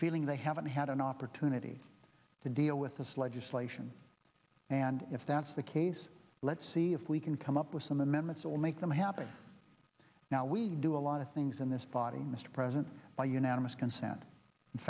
feeling they haven't had an opportunity to deal with this legislation and if that's the case let's see if we can come up with some amendments or make them happen now we do a lot of things in this body mr president by unanimous consent in